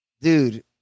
Dude